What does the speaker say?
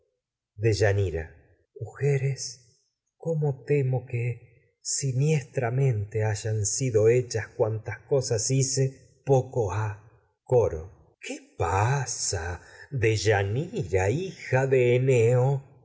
centauro deyanira mujeres cómo temo que siniestramente hayan sido hechas cuantas cosas hice poco ha coro qué pasa no lo deyanira sé pero hija de eneo